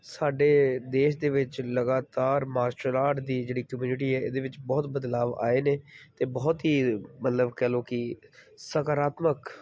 ਸਾਡੇ ਦੇਸ਼ ਦੇ ਵਿੱਚ ਲਗਾਤਾਰ ਮਾਰਸ਼ਲ ਆਰਟ ਦੀ ਜਿਹੜੀ ਕਮਿਊਨਿਟੀ ਹੈ ਇਹਦੇ ਵਿੱਚ ਬਹੁਤ ਬਦਲਾਅ ਆਏ ਨੇ ਅਤੇ ਬਹੁਤ ਹੀ ਮਤਲਬ ਕਹਿ ਲਓ ਕਿ ਸਕਾਰਾਤਮਕ